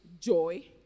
joy